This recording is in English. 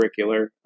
curricular